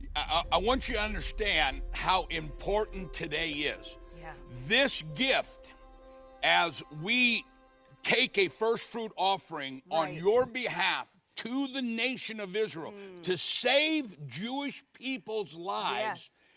i want you to understand how important today is. yeah. this gift as we take a first fruit offering on your behalf to the nation of israel to save jewish people's lives. yes.